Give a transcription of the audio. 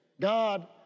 God